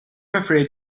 afraid